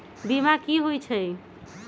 बीमा कि होई छई?